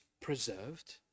preserved